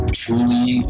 truly